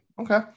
Okay